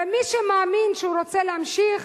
ומי שמאמין שהוא רוצה להמשיך